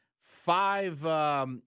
five